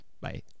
Bye